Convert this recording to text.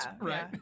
right